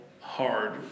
hard